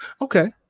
Okay